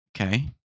okay